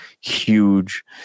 huge